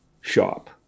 shop